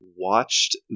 watched